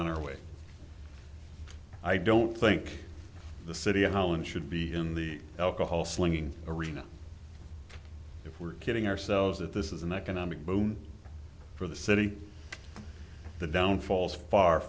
on our way i don't think the city of holland should be in the alcohol slinging arena if we're kidding ourselves if this is an economic boom for the city the down falls far